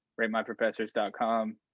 ratemyprofessors.com